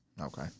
Okay